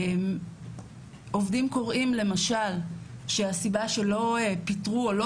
עובדים קוראים למשל שהסיבה שלא פיטרו או לא